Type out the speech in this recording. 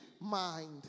mind